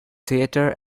theater